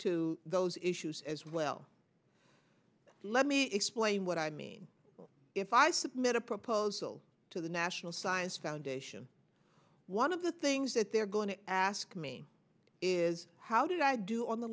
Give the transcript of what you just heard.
to those issues as well let me explain what i mean if i submit a proposal to the national science foundation one of the things that they're going to ask me is how did i do on the